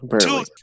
two